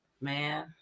Man